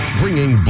bringing